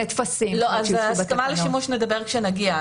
על ההסכמה לשימוש נדבר כשנגיע.